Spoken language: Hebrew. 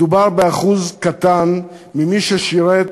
מדובר באחוז קטן ממי ששירת,